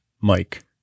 Mike